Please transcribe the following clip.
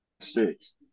six